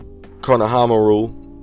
Konohamaru